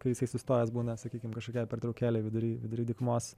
kai jisai sustojęs būna sakykim kažkokiai pertraukėlei vidury vidury dykumos